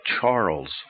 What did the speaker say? Charles